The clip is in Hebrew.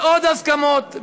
ועוד הסכמות,